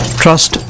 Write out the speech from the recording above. trust